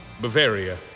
Bavaria